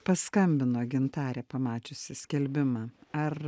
paskambino gintarė pamačiusi skelbimą ar